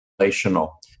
relational